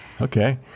Okay